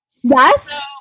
Yes